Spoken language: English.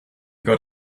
got